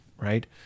right